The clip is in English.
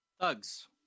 thugs